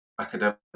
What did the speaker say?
academic